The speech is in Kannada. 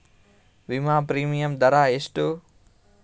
ವಿಮಾ ಪ್ರೀಮಿಯಮ್ ದರಾ ಎಷ್ಟು?